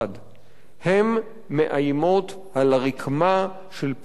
הן מאיימות על הרקמה של פלורליזם,